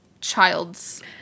child's